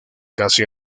casi